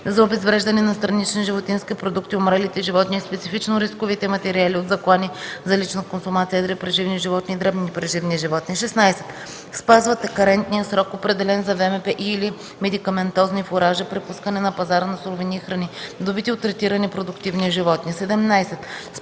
за обезвреждане на странични животински продукти умрелите животни и специфично рисковите материали от заклани за лична консумация едри преживни животни и дребни преживни животни; 16. спазват карентния срок, определен за ВМП и/или медикаментозни фуражи, при пускане на пазара на суровини и храни, добити от третирани продуктивни животни; 17.